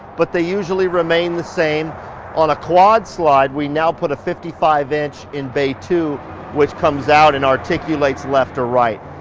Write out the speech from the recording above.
but they usually remain the same on a quad slide. we now put a fifty five tv in bay two which comes out and articulates left or right.